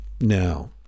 now